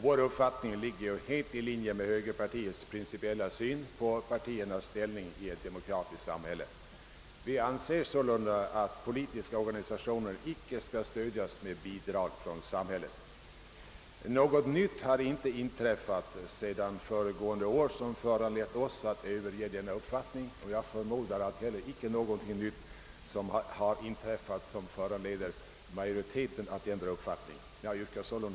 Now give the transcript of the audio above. Vår uppfattning ligger helt i linje med högerpartiets principiella syn på partiernas ställning i ett demokratiskt samhälle. Vi anser således att politiska organisationer icke skall stödjas genom bidrag från samhället. Något nytt har inte inträffat sedan föregående år som föranlett oss att överge denna uppfattning, och jag förmodar att intet heller har inträffat som föranleder majoriteten att ändra uppfattning. Herr talman!